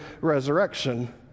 resurrection